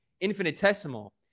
infinitesimal